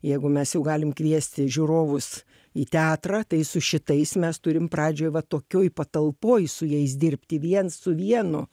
jeigu mes jau galim kviesti žiūrovus į teatrą tai su šitais mes turim pradžioj va tokioj patalpoj su jais dirbti viens su vienu